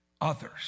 others